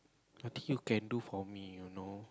I think you can do for me you know